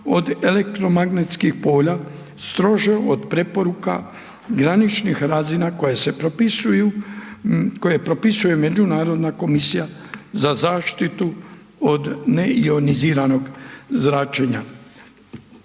od elektromagnetskih polja stroža od preporuka graničnih razina koje propisuje Međunarodna komisija za zaštitu od neioniziranog zračenja.